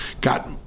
got